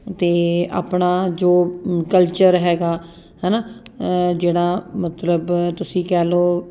ਅਤੇ ਆਪਣਾ ਜੋ ਕਲਚਰ ਹੈਗਾ ਹੈ ਨਾ ਜਿਹੜਾ ਮਤਲਬ ਤੁਸੀਂ ਕਹਿ ਲਓ